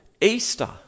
Easter